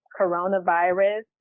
coronavirus